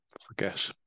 forget